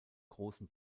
großen